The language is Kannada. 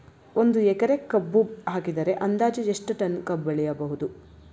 ಒಂದು ಎಕರೆ ಕಬ್ಬು ಹಾಕಿದರೆ ಅಂದಾಜು ಎಷ್ಟು ಟನ್ ಕಬ್ಬು ಬೆಳೆಯಬಹುದು?